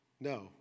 no